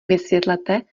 vysvětlete